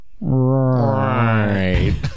Right